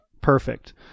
Perfect